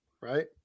right